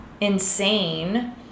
insane